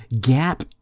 gap